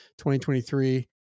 2023